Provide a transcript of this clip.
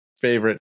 favorite